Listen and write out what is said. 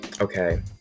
Okay